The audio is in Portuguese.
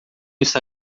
está